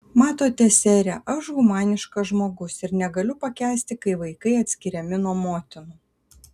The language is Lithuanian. matote sere aš humaniškas žmogus ir negaliu pakęsti kai vaikai atskiriami nuo motinų